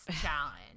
challenge